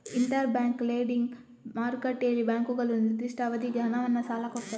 inter bank lending ಮಾರುಕಟ್ಟೆಯಲ್ಲಿ ಬ್ಯಾಂಕುಗಳು ನಿರ್ದಿಷ್ಟ ಅವಧಿಗೆ ಹಣವನ್ನ ಸಾಲ ಕೊಡ್ತವೆ